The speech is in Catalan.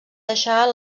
deixar